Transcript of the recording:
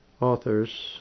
Author's